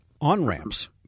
on-ramps